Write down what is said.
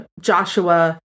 Joshua